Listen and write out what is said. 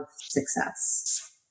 success